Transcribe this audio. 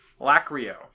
lacrio